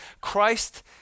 Christ